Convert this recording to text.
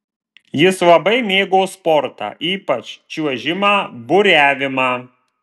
jis labai mėgo sportą ypač čiuožimą buriavimą